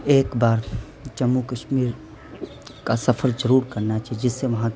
ایک بار جموں کشمیر کا سفر ضرور کرنا چاہیے جس سے وہاں